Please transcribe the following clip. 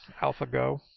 AlphaGo